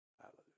Hallelujah